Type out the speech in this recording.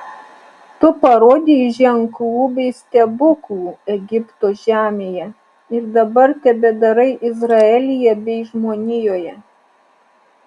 tu parodei ženklų bei stebuklų egipto žemėje ir dabar tebedarai izraelyje bei žmonijoje